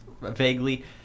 vaguely